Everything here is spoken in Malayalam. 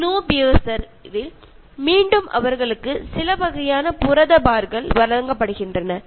സ്നോ പിയർസർറിൽ ഒരു തരത്തിലുള്ള പ്രോട്ടീൻ ബാറുകൾ ആണ് നൽകിയത്